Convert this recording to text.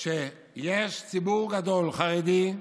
שיש ציבור גדול חרדי,